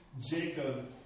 Jacob